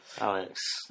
Alex